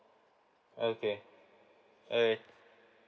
okay alright